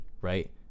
right